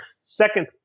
Second